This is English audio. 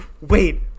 wait